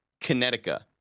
Connecticut